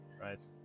right